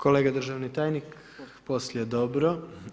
Kolega državni tajnik [[Upadica: poslije.]] Poslije, dobro.